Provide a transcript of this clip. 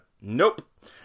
nope